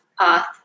path